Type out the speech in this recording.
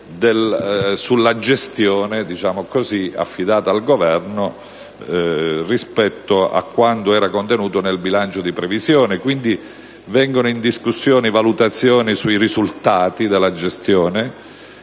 sulla gestione affidata al Governo rispetto a quanto era contenuto nel bilancio di previsione. Quindi, vengono in discussione le valutazioni sui risultati della gestione